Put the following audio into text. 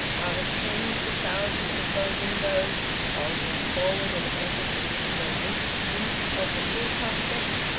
out of tens of thousands of bow-windows bulging forward in an effort to miss no least glimpse of the full prospect,